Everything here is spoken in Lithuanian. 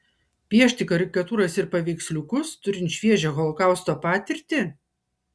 piešti karikatūras ir paveiksliukus turint šviežią holokausto patirtį